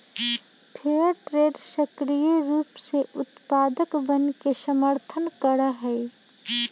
fair trade सक्रिय रूप से उत्पादकवन के समर्थन करा हई